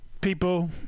people